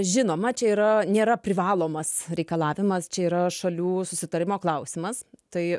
žinoma čia yra nėra privalomas reikalavimas čia yra šalių susitarimo klausimas tai